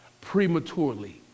prematurely